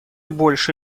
больше